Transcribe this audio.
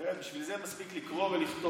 תראה, בשביל זה מספיק לקרוא ולכתוב,